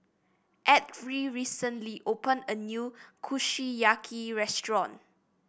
Edrie recently opened a new Kushiyaki restaurant